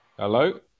Hello